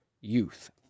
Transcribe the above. youth